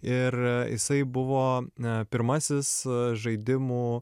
ir jisai buvo pirmasis žaidimų